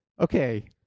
Okay